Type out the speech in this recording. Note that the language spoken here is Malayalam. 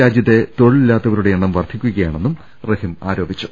രാജ്യത്തെ തൊഴിലില്ലാത്തവരുടെ എണ്ണം വർദ്ധിക്കുകയാ ണെന്നും റഹിം ആരോപിച്ചു